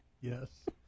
Yes